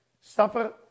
suffer